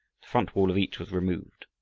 front wall of each was removed,